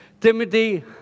Timothy